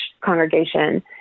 congregation